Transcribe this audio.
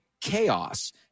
chaos